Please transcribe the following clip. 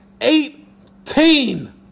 eighteen